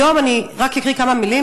היום אני רק אקרא כמה מילים,